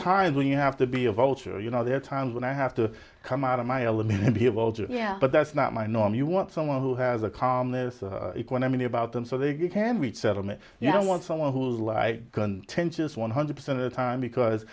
times when you have to be a vulture you know there are times when i have to come out of my element be able to yeah but that's not my norm you want someone who has a calmness equanimity about them so they get hammered settlement you don't want someone who's like contentious one hundred percent of the time because